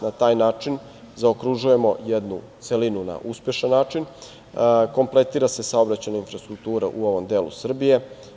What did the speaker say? Na taj način zaokružujemo jednu celinu na uspešan način, kompletira se saobraćajna infrastruktura u ovom delu Srbije.